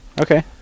okay